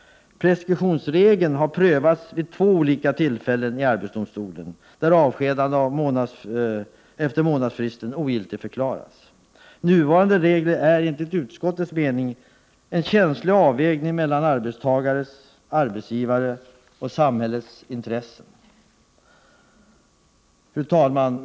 Preskriptionsregeln har prövats vid två tillfällen i arbetsdomstolen, där avskedande efter månadsfristen ogiltigförklaras. Nuvarande regler är enligt utskottets mening en känslig avvägning mellan arbetstagares, arbetsgivares och samhällets intressen. Fru talman!